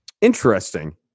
Interesting